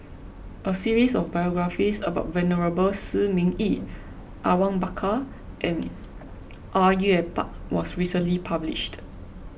a series of biographies about Venerable Shi Ming Yi Awang Bakar and Au Yue Pak was recently published